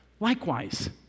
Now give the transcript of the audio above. Likewise